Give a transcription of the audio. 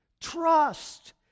Trust